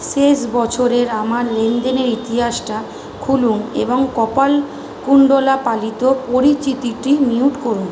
শেষ বছরের আমার লেনদেনের ইতিহাসটা খুলুন এবং কপালকুণ্ডলা পালিত পরিচিতিটি মিউট করুন